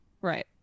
Right